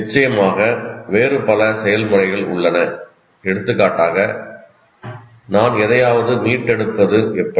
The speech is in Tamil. நிச்சயமாக வேறு பல செயல்முறைகள் உள்ளன எடுத்துக்காட்டாக 'நான் எதையாவது மீட்டெடுப்பது எப்படி